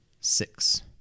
six